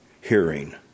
hearing